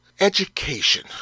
education